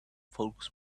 folks